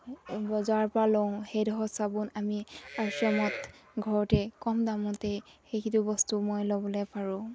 বজাৰৰ পৰা লওঁ সেইডোখৰ চাবোন আমি আৰ চি এমত ঘৰতে কম দামতেই সেইকেইটো বস্তু মই ল'বলৈ পাৰোঁ